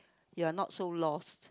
you are not so lost